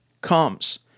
comes